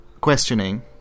questioning